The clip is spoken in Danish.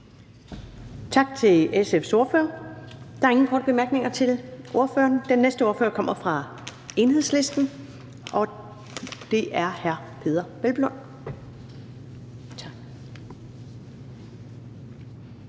Tak til SF's ordfører. Der er ikke flere korte bemærkninger til ordføreren. Den næste ordfører er fra Enhedslisten, og det er fru Rosa Lund. Kl.